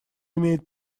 имеет